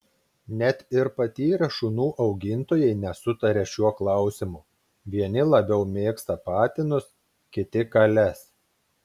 net ir patyrę šunų augintojai nesutaria šiuo klausimu vieni labiau mėgsta patinus kiti kales